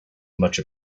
much